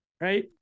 right